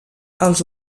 els